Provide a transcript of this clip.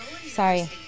Sorry